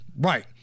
Right